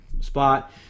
spot